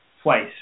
twice